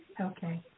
Okay